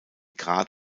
grad